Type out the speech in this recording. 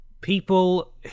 people